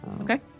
Okay